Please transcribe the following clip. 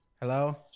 Hello